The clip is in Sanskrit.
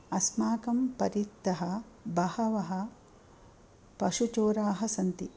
अस्माकं परितः बहवः पशुचोराः सन्ति